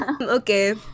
Okay